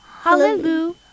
Hallelujah